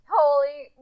Holy